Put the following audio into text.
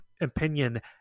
opinion